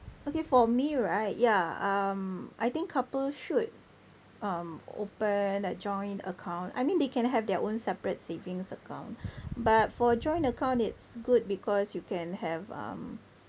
okay for me right yeah um I think couples should um open a joint account I mean they can have their own separate savings account but for joint account it's good because you can have um